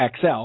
XL